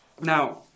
Now